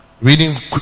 reading